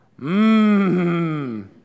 Mmm